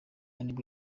nibwo